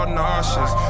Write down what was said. nauseous